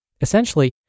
Essentially